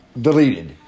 deleted